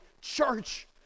church